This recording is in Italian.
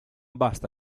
basta